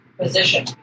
position